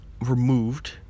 removed